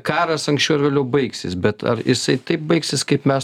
karas anksčiau ar vėliau baigsis bet ar jisai taip baigsis kaip mes